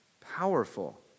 powerful